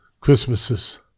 Christmases